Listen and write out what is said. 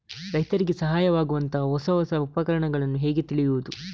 ರೈತರಿಗೆ ಸಹಾಯವಾಗುವಂತಹ ಹೊಸ ಹೊಸ ಉಪಕರಣಗಳನ್ನು ಹೇಗೆ ತಿಳಿಯುವುದು?